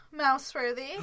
Mouseworthy